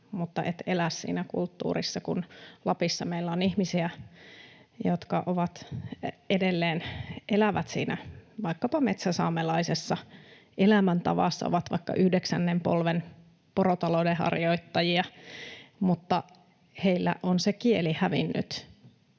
mutta et elä siinä kulttuurissa, kun Lapissa meillä on ihmisiä, jotka edelleen elävät siinä vaikkapa metsäsaamelaisessa elämäntavassa ja ovat vaikka yhdeksännen polven porotalouden harjoittajia mutta heiltä on se kieli hävinnyt.